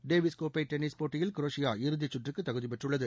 Davis கோப்பை tennis போட்டியில் Croatia இறுதிச் சுற்றுக்கு தகுதி பெற்றுள்ளது